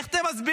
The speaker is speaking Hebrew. איך אתם מסבירים?